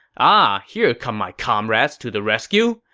um ah, here come my comrades to the rescue,